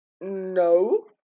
No